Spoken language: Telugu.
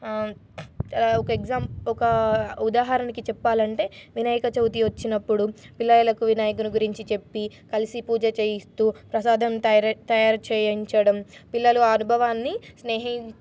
ఒక ఎగ్జా ఒక ఉదాహరణకి చెప్పాలంటే వినాయక చవితి వచ్చినప్పుడు పిల్లలకు వినాయకును గురించి చెప్పి కలిసి పూజ చెయ్యిస్తూ ప్రసాదం తయారు తయారు చెయ్యించడం పిల్లలు అనుభవాన్ని స్నేహ